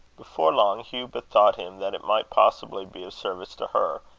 before long, hugh bethought him that it might possibly be of service to her,